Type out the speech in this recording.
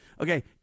Okay